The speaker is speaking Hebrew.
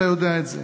אתה יודע את זה.